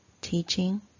teaching